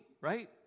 right